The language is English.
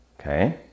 okay